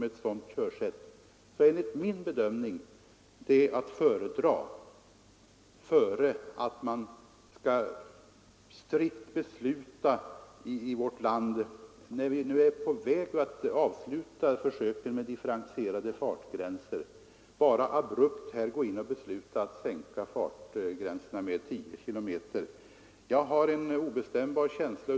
Detta tillvägagångssätt är enligt min bedömning att föredra framför ett beslut om att abrupt sänka fartgränserna med 10 km, när vi nu i vårt land är på väg att avsluta försöken med differentierade fartgränser.